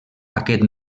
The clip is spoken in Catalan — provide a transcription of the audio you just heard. aquest